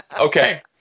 Okay